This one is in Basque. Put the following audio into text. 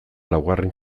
laugarren